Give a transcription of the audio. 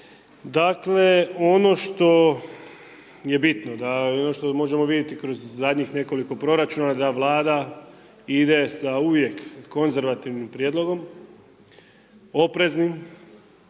Dakle, ono što je bitno, da, i ono što možemo vidjeti kroz zadnjih nekoliko proračuna da Vlada ide sa uvijek konzervativnim prijedlogom, opreznim,